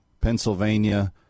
Pennsylvania